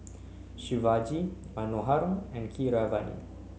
Shivaji Manohar and Keeravani